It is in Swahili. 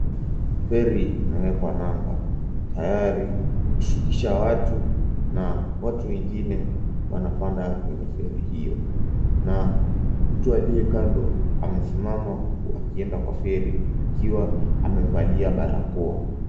Feri imewekwa nanga tayari kushukisha watu na watu wengine wanapanda kwenye feri hiyo, na mtu aliye kando amesimama huku akienda kwa feri akiwa amevalia barakoa.